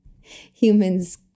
humans